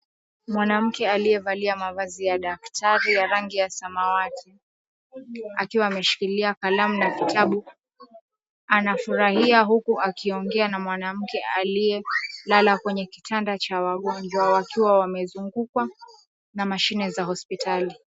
Mwanamke aliyevalia mavazi ya daktari ya rangi ya samawati. Akiwa ameshikilia kalamu na kitabu, anafurahia huku akiongea na mwanamke aliyelala kwenye kitanda cha wagonjwa. Wakiwa wamezungukwa na mashine za hospitali.